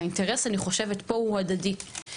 והאינטרס, אני חושבת, פה הוא הדדי.